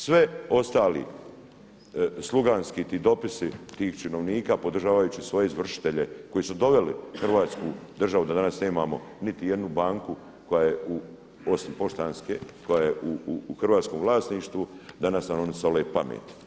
Sve ostali sluganski ti dopisi tih činovnika podržavajući svoje izvršitelje koji su doveli Hrvatsku državu da danas nemamo niti jednu banku, osim Poštanske, koja je u hrvatskom vlasništvu da nam oni sole pamet.